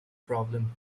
problem